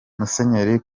musenyeri